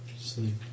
Sleep